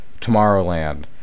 Tomorrowland